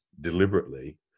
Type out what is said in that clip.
deliberately